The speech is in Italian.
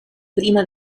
prima